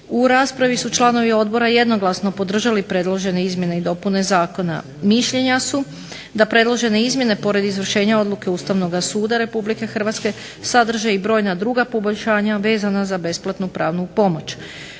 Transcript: U raspravi su članovi odbora jednoglasno podržali predložene izmjene i dopune zakona. Mišljenja su da predložene izmjene pored izvršenja odluke Ustavnoga suda RH sadrže i brojna druga poboljšanja vezana za besplatnu pravnu pomoć.